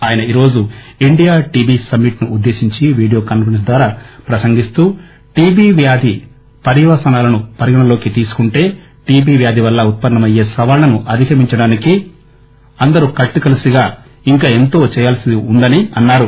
ఆయనీరోజు India TB summit ని ఉద్దేశించి video conference ద్వారా ప్రసంగిస్తూ టిబి వ్యాధి పర్యవసానాలను పరిగణనలోకి తీసుకుంటే టిబి వ్యాధి వల్ల ఉత్పన్న మయ్యే సవాళ్ళను అధిగమించడానికి అందరూ కలిసికట్టుగా ఇంకా ఎంతో చేయాల్సి ఉందని అన్నారు